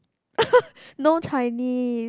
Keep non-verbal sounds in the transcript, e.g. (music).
(laughs) no Chinese